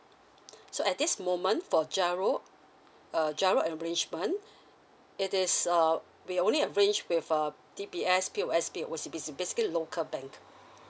so at this moment for G_I_R_O uh G_I_R_O arrangement it is uh we only arrange with uh D_B_S P_O_S_B O_C_B_C basically local bank